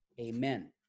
amen